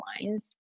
lines